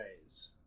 ways